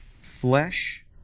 flesh